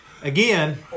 Again